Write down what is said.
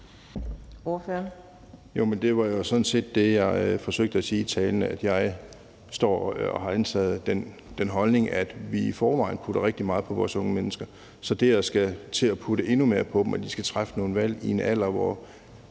Det var jo sådan set det, jeg forsøgte at sige i talen, altså at jeg står og har indtaget den holdning, at vi i forvejen pålægger vores unge mennesker rigtig meget. Så i forhold til at skulle til at lægge endnu mere på dem, hvad angår at træffe nogle valg i en alder, hvor